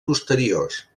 posteriors